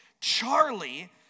Charlie